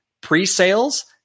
pre-sales